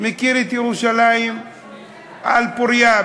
מכיר את ירושלים על בורייה,